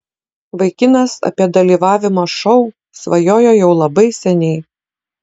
vaikinas apie dalyvavimą šou svajojo jau labai seniai